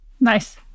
Nice